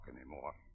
anymore